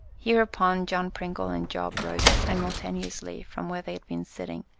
hereupon john pringle and job rose simultaneously from where they had been sitting,